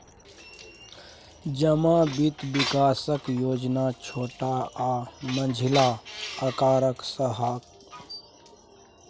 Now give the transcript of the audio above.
जमा बित्त बिकासक योजना छोट आ मँझिला अकारक शहरी निकाय लेल बजारसँ पाइ लेल छै